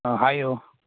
ꯑ ꯍꯥꯏꯌꯨ